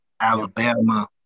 Alabama